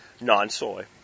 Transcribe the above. non-soy